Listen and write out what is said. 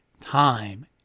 time